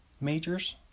majors